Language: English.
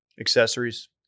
Accessories